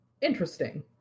Interesting